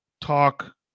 talk